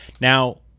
Now